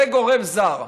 זה גורם זר.